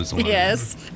yes